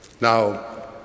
Now